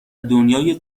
دنیای